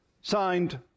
Signed